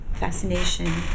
fascination